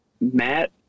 Matt